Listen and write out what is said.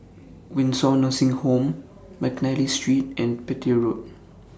Windsor Nursing Home Mcnally Street and Petir Road